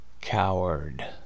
coward